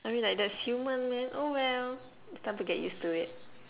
I mean like that's human man oh well it's time to get used to it